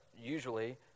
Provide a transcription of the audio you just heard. Usually